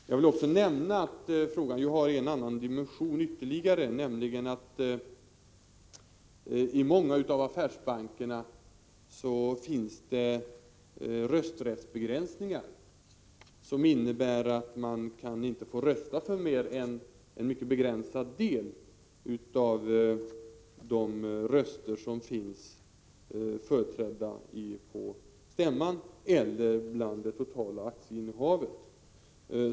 Jag vill också nämna att frågan har ytterligare en dimension, nämligen att det i många av affärsbankerna finns rösträttsbegränsningar, som innebär att man inte kan få rösta för mer än en mycket begränsad del av de röster som finns företrädda på stämman eller av det totala aktieinnehavet.